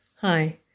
Hi